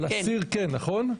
אבל אסיר כן, נכון?